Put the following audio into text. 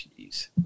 Jeez